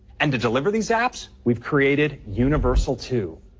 and to deliver these apps, we've created universal two.